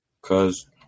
Cause